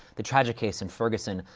the tragic case in ferguson,